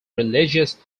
religious